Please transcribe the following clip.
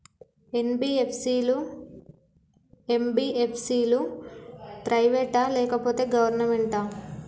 NBFC లు, MBFC లు private ఆ లేకపోతే గవర్నమెంటా?